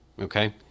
Okay